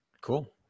cool